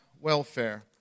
welfare